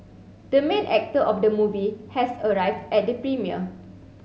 the main actor of the movie has arrived at the premiere